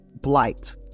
blight